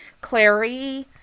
Clary